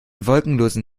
wolkenlosen